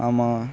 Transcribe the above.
ஆமாம்